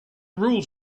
rules